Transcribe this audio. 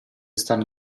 stanno